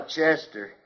Chester